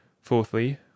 Fourthly